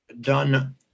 done